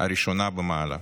הראשונה במעלה.